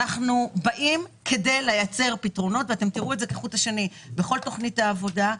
אנחנו באים כדי לייצר פתרונות שאתם תראו כחוט השני בכל תכנית העבודה.